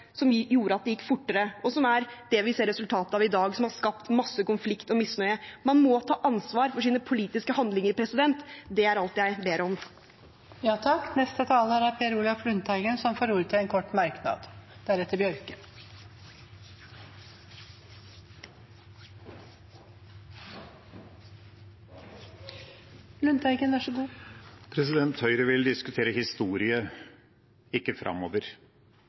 som gjorde at det gikk fortere, og som er det vi ser resultatet av i dag, og som har skapt masse konflikt og misnøye. Man må ta ansvar for sine politiske handlinger. Det er alt jeg ber om. Representanten Per Olaf Lundteigen har hatt ordet to ganger tidligere og får ordet til en kort merknad, begrenset til 1 minutt. Høyre vil diskutere historie, ikke framover.